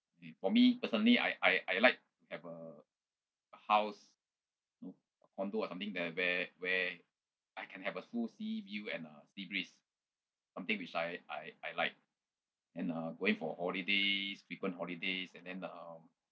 me for me personally I I I like have a house you know condo or something that where where I can have a full sea view and uh sea breeze something which I I I like then uh going for holidays frequent holidays and then um